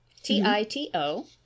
T-I-T-O